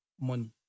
money